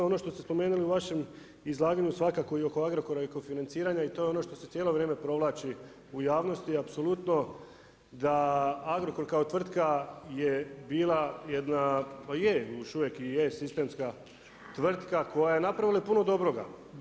Ono što ste spomenuli u vašem izlaganju, svakako i oko Agrokora i oko financiranja i to je ono što se cijelo vrijeme provlači u javnosti, apsolutno da Agrokor kao tvrtka je bila jedna, ma je, još uvijek i je sistemska tvrtka koja je napravila i puno dobroga.